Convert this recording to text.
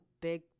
big